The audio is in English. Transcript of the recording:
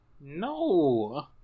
No